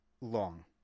long